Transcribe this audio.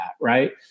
Right